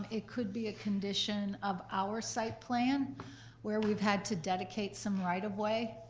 it could be a condition of our site plan where we've had to dedicate some right of way